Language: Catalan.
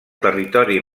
territori